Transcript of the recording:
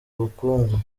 ubukungu